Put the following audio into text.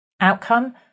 outcome